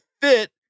fit